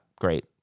great